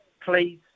please